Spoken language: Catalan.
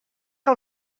que